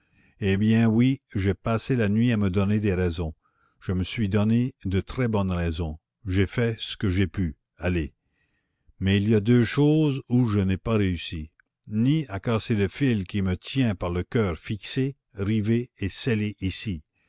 eh bien oui j'ai passé la nuit à me donner des raisons je me suis donné de très bonnes raisons j'ai fait ce que j'ai pu allez mais il y a deux choses où je n'ai pas réussi ni à casser le fil qui me tient par le coeur fixé rivé et scellé ici